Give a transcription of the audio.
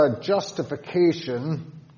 justification